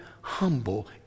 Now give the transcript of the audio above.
humble